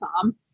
Tom